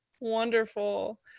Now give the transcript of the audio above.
Wonderful